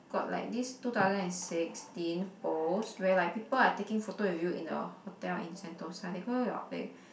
got like this two thousand and sixteen post where like people are taking photo with you in a hotel in Sentosa that